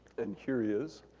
and here he is.